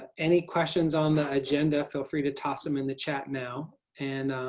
any questions on the agenda? feel free to toss them in the chat now. and